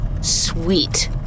Sweet